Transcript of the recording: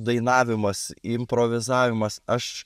dainavimas improvizavimas aš